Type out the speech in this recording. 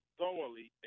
thoroughly